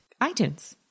itunes